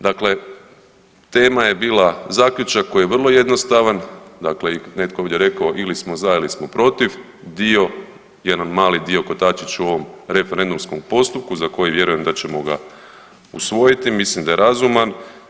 Dakle, tema je bila zaključak koji je vrlo jednostavan, dakle netko je ovdje rekao ili smo za ili smo protiv, dio, jedan mali dio kotačić u ovom referendumskom postupku za koji vjerujem da ćemo ga usvojiti mislim da je razuman.